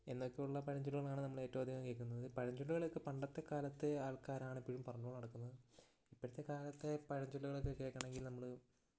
എന്നൊക്കെയുള്ള പഴഞ്ചൊല്ലുകളാണ് നമ്മൾ ഏറ്റവും അധികം കേൾക്കുന്നത് പഴഞ്ചൊല്ലുകളൊക്കെ പണ്ടത്തെ കാലത്തെ ആൾക്കാരാണ് എപ്പഴും പറഞ്ഞുകൊണ്ട് നടക്കുന്നത് ഇപ്പഴത്തെക്കാലത്തെ പഴഞ്ചൊല്ലുകളൊക്കെ കേൾക്കണമെങ്കിൽ നമ്മൾ